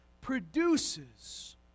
produces